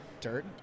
dirt